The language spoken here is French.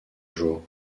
jours